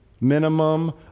minimum